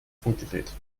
funkgerät